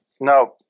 No